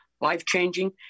life-changing